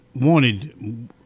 wanted –